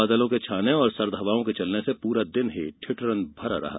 बादलों के छाने और सर्द हवाओं के चलने से पूरा दिन ही ठिठुरन भरा रहा